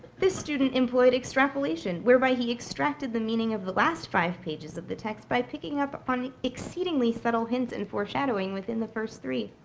this student employed extrapolation whereby he extracted the meaning of the last five pages of the text by picking up on the exceedingly subtle hints and foreshadowing within the first three.